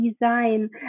design